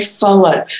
follow